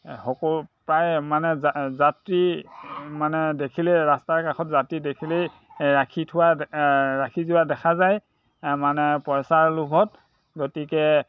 সকলো প্ৰায় মানে যাত্ৰী মানে দেখিলেই ৰাস্তাৰ কাষত যাত্ৰী দেখিলেই ৰাখি থোৱা ৰাখি যোৱা দেখা যায় মানে পইচাৰ লোভত গতিকে